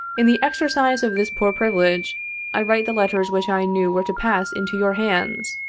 in the exercise of this poor privilege i wrote the letters which i knew were to pass into your hands.